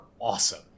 awesome